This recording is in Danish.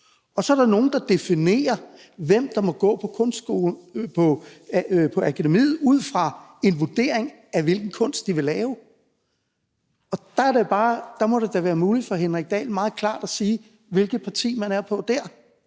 og så er der nogle, der definerer, hvem der må gå på akademiet ud fra en vurdering af, hvilken kunst de vil lave. Der er det jo bare, at det må være muligt for hr. Henrik Dahl meget klart at sige, på hvis parti man er, uanset